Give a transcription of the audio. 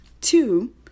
Two